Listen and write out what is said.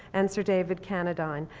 and sir david cannadine.